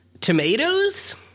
tomatoes